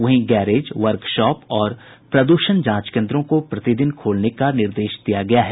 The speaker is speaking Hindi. वहीं गैरेज वर्कशाप और प्रद्षण जांच केन्द्रों को प्रतिदिन खोलने का निर्देश दिया गया है